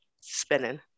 spinning